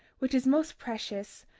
which is most precious,